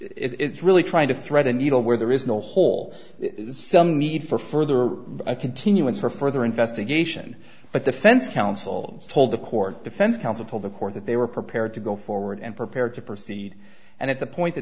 this it's really trying to thread the needle where there is no hole need for further or a continuance for further investigation but defense counsel told the court defense counsel told the court that they were prepared to go forward and prepared to proceed and at the point th